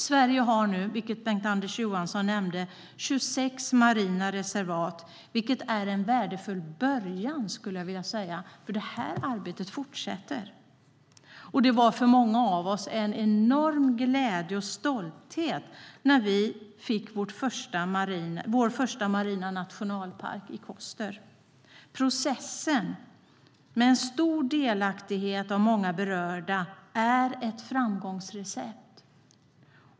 Sverige har nu, vilket Bengt-Anders Johansson nämnt, 26 marina reservat. Det är en värdefull början, skulle jag vilja säga, för det här arbetet fortsätter. Många av oss kände en enorm glädje och stolthet när vi fick vår första marina nationalpark, vid Koster. Processen med en stor delaktighet av många berörda är ett framgångsrecept.